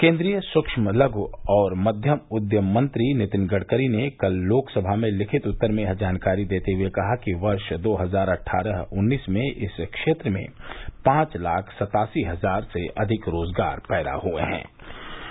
केन्द्रीय सूक्ष्म लघ् और मध्यम उद्यम मंत्री नितिन गडकरी ने कल लोकसभा में लिखित उत्तर में यह जानकारी देते हुए कहा कि वर्ष दो हजार अट्ठारह उन्नीस में इस क्षेत्र में पांच लाख सत्तासी हजार से अधिक रोजगार पैदा किए गए